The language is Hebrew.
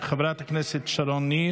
חברת הכנסת שרון ניר